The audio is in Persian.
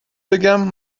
بگم